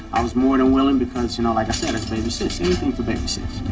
i was more than willing, because, you know, like i said, it's baby sis. anything for baby sis,